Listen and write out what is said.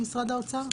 עם משרד האוצר?